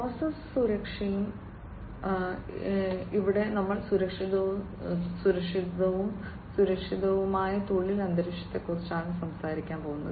process സുരക്ഷയും സുരക്ഷയും ഇവിടെ നമ്മൾ സുരക്ഷിതവും സുരക്ഷിതവുമായ തൊഴിൽ അന്തരീക്ഷത്തെക്കുറിച്ചാണ് സംസാരിക്കുന്നത്